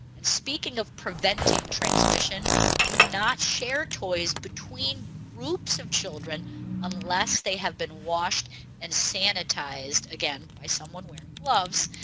and speaking of preventing transmission do not share toys between groups of children unless they have been washed and sanitized again by someone wearing gloves.